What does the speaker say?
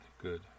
good